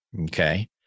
Okay